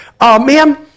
Ma'am